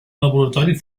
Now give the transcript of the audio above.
laboratori